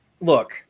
look